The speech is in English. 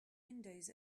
windows